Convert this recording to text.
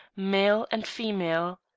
male and female.